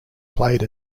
played